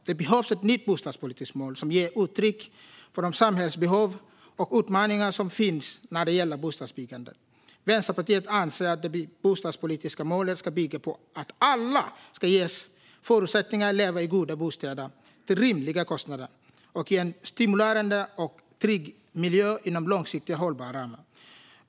Det behövs ett nytt bostadspolitiskt mål som ger uttryck för de samhällsbehov och utmaningar som finns när det gäller bostadsbyggandet. Vänsterpartiet anser att det bostadspolitiska målet ska bygga på att alla ska ges förutsättningar att leva i goda bostäder till rimliga kostnader och i en stimulerande och trygg miljö inom långsiktigt hållbara ramar.